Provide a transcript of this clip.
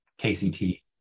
kct